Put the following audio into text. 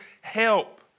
help